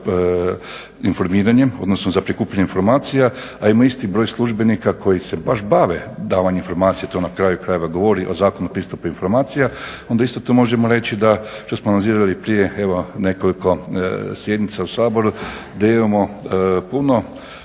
informiranjem odnosno za prikupljanje informacija a ima isti broj službenika koji se baš bave davanje informacija. To na kraju krajeva govori o Zakonu na pristup informacija, onda isto to možemo reći što smo nazivali prije evo nekoliko sjednica u Saboru da imamo puno